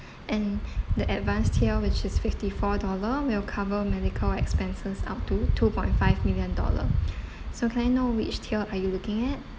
and the advanced tier which is fifty four dollar will cover medical expenses up to two point five million dollar so can I know which tier are you looking at